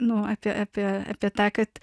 nuo apie apie tą kad